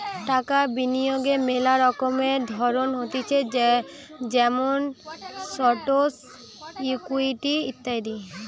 টাকা বিনিয়োগের মেলা রকমের ধরণ হতিছে যেমন স্টকস, ইকুইটি ইত্যাদি